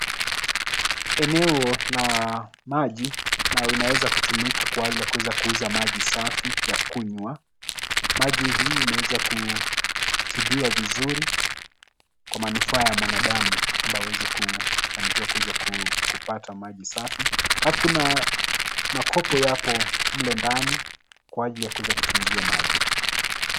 Eneo la maji ambayo inaweza kutumika kwa ajili ya kuweza kuuza maji safi ya kunywa. Maji hii imeweza kutibiwa vizuri kwa manufaa ya mwanadamu kwamba aweze kufanikiwa kuweza kupata maji safi, alafu kuna makopo yapo mle ndani kwa ajili ya kuweza kutuuzia maji.